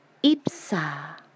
Ipsa